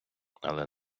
але